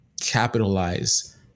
capitalize